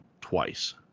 twice